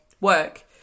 work